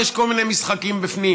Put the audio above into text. יש כל מיני משחקים בפנים,